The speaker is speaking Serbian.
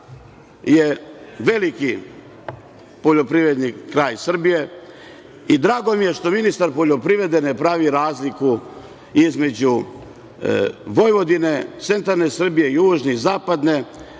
je veliki poljoprivredni kraj Srbije i drago mi je što ministar poljoprivrede ne pravi razliku između Vojvodine, centralne Srbije, južne i zapadne